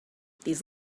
these